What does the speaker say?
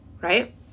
Right